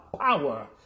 power